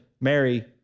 Mary